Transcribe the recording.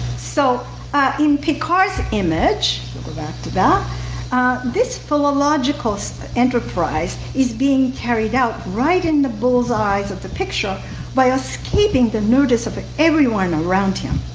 so in picart's image i'll go back to that this philological enterprise is being carried out right in the bulls-eyes of the picture by escaping the notice of everyone around him.